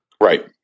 right